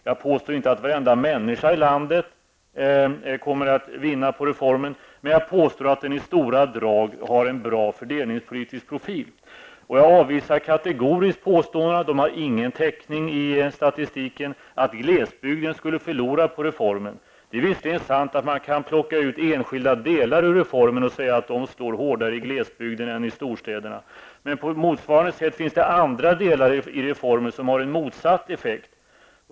Jag påstår inte att varenda människa i landet kommer att vinna på den, men jag påstår att den i stora drag har en bra fördelningspolitisk profil. Jag avvisar kategoriskt påståendena om motsatsen. Det finns ingen täckning i statistiken för att glesbygden skulle förlora på reformen. Det är visserligen sant att man kan plocka ut enskilda delar ur reformen och säga att de slår hårdare i glesbygden än i storstäderna. Men på motsvarande sätt finns det andra delar i reformen som har motsatt effekt.